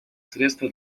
средство